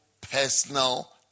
personal